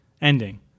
ending